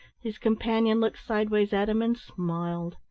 his companion looked sideways at him and smiled.